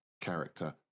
character